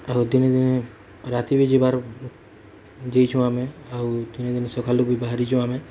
ଆଉ ଦିନେ ଦିନେ ରାତି ବି ଯିବାର୍ ଯେଇଛୁ ଆମେ ଆଉ ତିନି ଦିନି ସକାଲୁ ବି ବାହାରିଛୁ ଆମେ